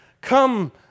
Come